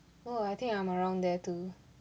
oh I think I'm around there too